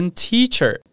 teacher